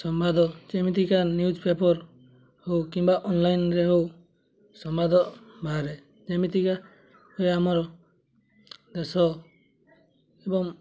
ସମ୍ବାଦ ଯେମିତିକା news paper ହଉ କିମ୍ବା ଅନ୍ଲାଇନ୍ରେ ହଉ ସମ୍ବାଦ ବାହାରେ ଯେମିତିକା ଆମର ଦେଶ ଏବଂ